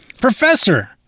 Professor